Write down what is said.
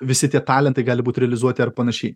visi tie talentai gali būt realizuoti ar panašiai